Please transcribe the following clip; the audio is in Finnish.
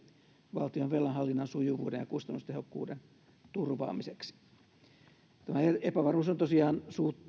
valtion velanhallinnan sujuvuuden ja kustannustehokkuuden turvaamiseksi tämä epävarmuus on tosiaan